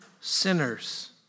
sinners